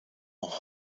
auch